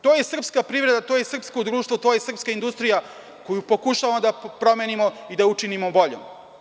To je srpska privreda, to je srpsko društvo, to je srpska industrija koju pokušavamo da promenimo i da učinimo boljom.